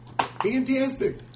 Fantastic